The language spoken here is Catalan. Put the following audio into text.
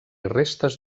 restes